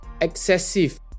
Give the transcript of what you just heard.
excessive